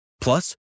Plus